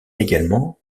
également